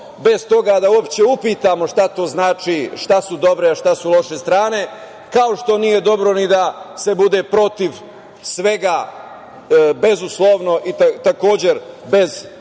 bez toga da uopšte upitamo šta to znači, šta su dobre, a šta su loše strane, kao što nije dobro ni da se bude protiv svega bezuslovno i, takođe, bez